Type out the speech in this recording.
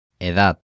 Edad